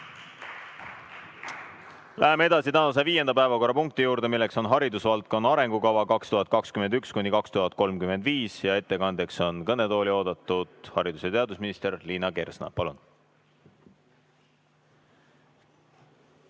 Läheme tänase viienda päevakorrapunkti juurde: "Haridusvaldkonna arengukava 2021–2035". Ettekandeks on kõnetooli oodatud haridus‑ ja teadusminister Liina Kersna. Palun!